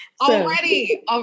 Already